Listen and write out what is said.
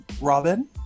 Robin